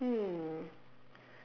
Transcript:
hmm